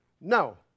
No